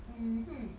mmhmm